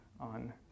on